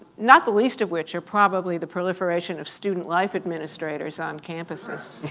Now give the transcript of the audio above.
not the least of which are probably the proliferation of student life administrators on campuses.